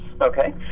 Okay